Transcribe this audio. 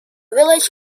village